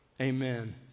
Amen